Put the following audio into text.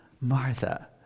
Martha